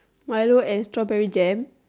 milo and strawberry jam